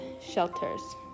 shelters